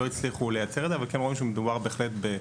לא הצליחו לייצר את זה אבל כן רואים שמדובר בהחלט בשירות